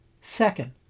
Second